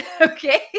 okay